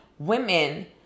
women